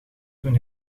toen